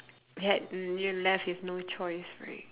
had you left with no choice right